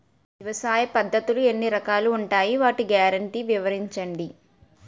వ్యవసాయ పద్ధతులు ఎన్ని రకాలు ఉంటాయి? వాటి గ్యారంటీ వివరించండి?